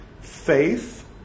Faith